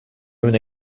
own